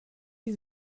die